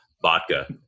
Vodka